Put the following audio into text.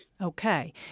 Okay